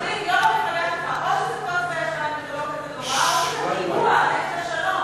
או שזה קוץ בישבן וזה לא כזה נורא או שזה ניגוח נגד השלום.